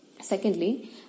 Secondly